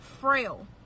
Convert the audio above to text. frail